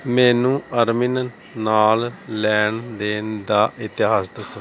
ਮੈਨੂੰ ਅਰਮਿਨ ਨਾਲ ਲੈਣ ਦੇਣ ਦਾ ਇਤਿਹਾਸ ਦੱਸੋ